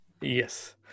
yes